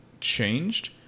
changed